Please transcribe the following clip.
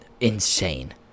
insane